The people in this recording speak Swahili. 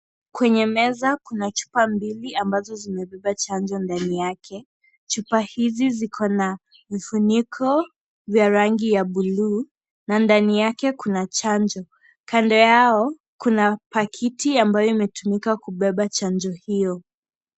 Kwenye meza kuna chupa mbili ambazo zimebeba chanjo ndani yake, chupa hizi ziko na vifuniko vya rangi ya buluu, na ndani yake kuna chanjo, kando yao, kuna pakiti ambayo imetumika kubeba chanjo hiyo.